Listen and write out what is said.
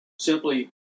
simply